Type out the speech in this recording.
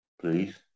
Please